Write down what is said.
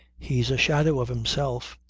he's a shadow of himself.